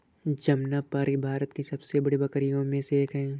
जमनापारी भारत की सबसे बड़ी बकरियों में से एक है